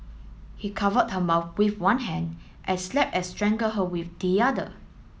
he covered her mouth with one hand and slapped and strangled her with the other